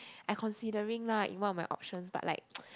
I considering lah in one of my options but like